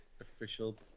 official